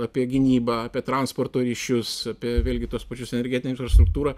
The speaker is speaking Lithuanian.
apie gynybą apie transporto ryšius apie vėlgi tuos pačius energetinę infrastruktūrą